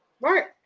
Right